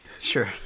Sure